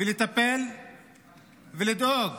לטפל ולדאוג